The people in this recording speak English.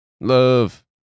Love